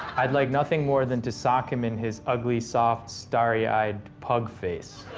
i'd like nothing more than to sock him in his ugly, soft, starry-eyed pug face.